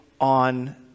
on